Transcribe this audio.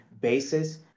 basis